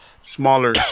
smaller